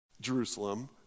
Jerusalem